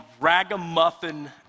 Ragamuffin